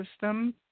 system